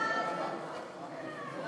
סעיף 1 נתקבל.